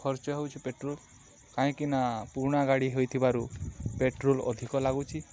ଖର୍ଚ୍ଚ ହେଉଛି ପେଟ୍ରୋଲ କାହିଁକି ନା ପୁରୁଣା ଗାଡ଼ି ହୋଇଥିବାରୁ ପେଟ୍ରୋଲ ଅଧିକ ଲାଗୁଛି